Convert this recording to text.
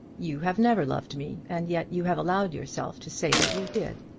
you have never loved me, and yet you have allowed yourself to say that you did.